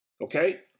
Okay